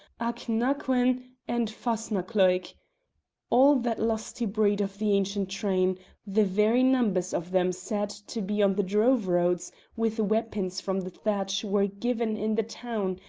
achnacoin, and fasnacloich all that lusty breed of the ancient train the very numbers of them said to be on the drove-roads with weapons from the thatch were given in the town,